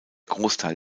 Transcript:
großteil